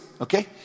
okay